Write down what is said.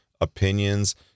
opinions